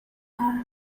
our